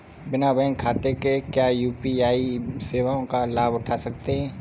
बिना बैंक खाते के क्या यू.पी.आई सेवाओं का लाभ उठा सकते हैं?